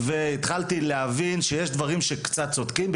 התחלתי להבין שיש דברים שהם קצת מוצדקים.